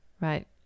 right